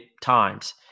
times